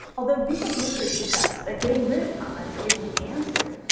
although recent research suggests that getting rid of comments isn't the answer.